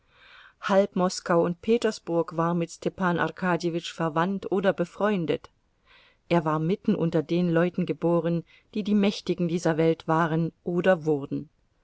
halb moskau und petersburg war mit stepan arkadjewitsch verwandt oder befreundet er war mitten unter den leuten geboren die die mächtigen dieser welt waren oder wurden